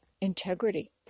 integrity